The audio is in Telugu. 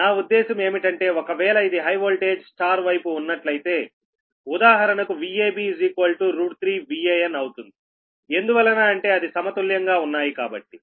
నా ఉద్దేశం ఏమిటంటే ఒక వేళ ఇది హై వోల్టేజ్ Y వైపు ఉన్నట్లయితే ఉదాహరణకు VAB3VAn అవుతుంది ఎందువలన అంటే అది సమతుల్యంగా ఉన్నాయి కాబట్టి